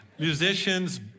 musicians